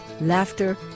laughter